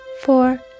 four